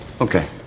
okay